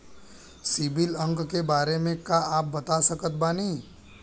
CIBIL अंक के बारे मे का आप बता सकत बानी?